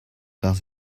does